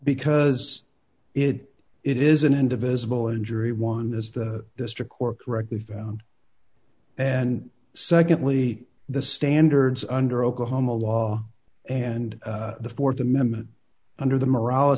because it it is an indivisible injury one as the district court correctly found and secondly the standards under oklahoma law and the th amendment under the moral